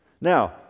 Now